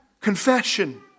confession